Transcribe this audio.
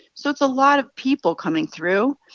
so it's a lot of people coming through.